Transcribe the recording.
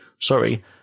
sorry